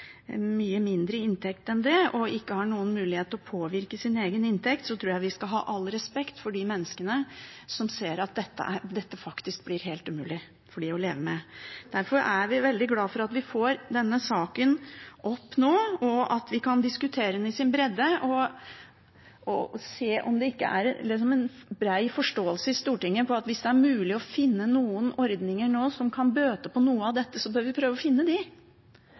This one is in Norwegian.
mye mindre i inntekt enn det og ikke har noen mulighet til å påvirke sin egen inntekt, tror jeg vi skal ha all respekt for de menneskene som ser at dette faktisk blir helt umulig for dem å leve med. Derfor er vi veldig glad for at vi får denne saken opp nå, og at vi kan diskutere den i sin bredde og se om det ikke er en bred forståelse i Stortinget for at hvis det er mulig å finne noen ordninger nå som kan bøte på noe av dette, så bør vi prøve å finne